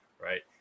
right